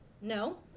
No